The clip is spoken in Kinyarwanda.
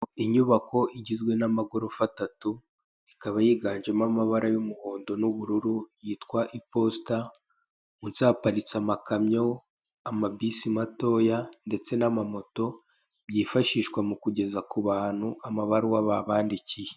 Inyubako igizwe n'amagorofa atatu, ikaba yiganjemo amabara y'umuhondo n'ubururu, yitwa iposita, munsi haparitse amakamyo, amabisi matoya, ndetse n'amamoto, byifashishwa mu kugeza ku bantu amabaruwa babandikiye.